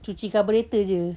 cuci carburetor jer